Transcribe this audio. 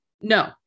no